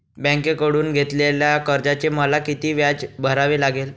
बँकेकडून घेतलेल्या कर्जाचे मला किती व्याज भरावे लागेल?